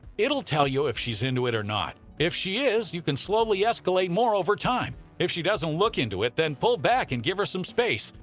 it will tell you if she's into it or not, if she is you can slowly escalate more over time. if she doesn't look into it then pull back and give her space,